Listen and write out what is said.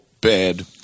bad